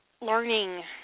learning